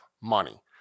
money